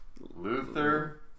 Luther